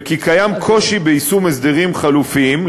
וכי יש קושי ביישום הסדרים חלופיים,